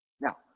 Now